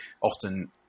often